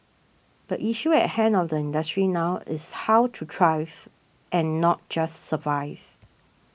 the issue at hand of the industry now is how to thrive and not just survive